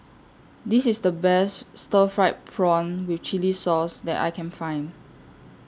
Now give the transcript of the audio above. This IS The Best Stir Fried Prawn with Chili Sauce that I Can Find